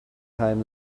time